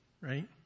right